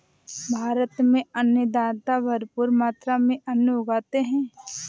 भारत में अन्नदाता भरपूर मात्रा में अन्न उगाते हैं